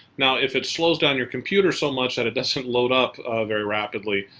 now if it slows down your computer so much that it doesn't load up very rapidly,